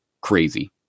crazy